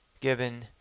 given